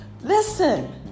Listen